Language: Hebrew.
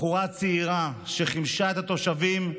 בחורה צעירה שחימשה את התושבים,